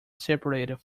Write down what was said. separated